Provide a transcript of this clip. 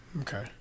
Okay